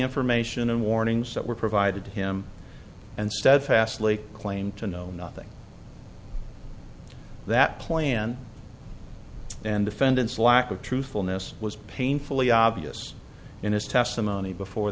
information and warnings that were provided to him and steadfastly claim to know nothing that plan and defendant's lack of truthfulness was painfully obvious in his testimony before